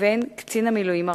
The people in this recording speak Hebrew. לבין קצין המילואים הראשי.